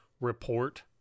Report